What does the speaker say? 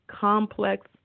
complex